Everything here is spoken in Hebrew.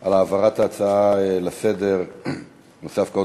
על העברת ההצעה לסדר-היום בנושא הפקעת